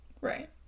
Right